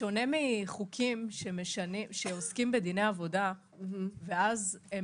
בשונה מחוקים שעוסקים בדיני עבודה ואז הם